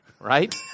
Right